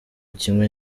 kimwe